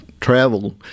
travel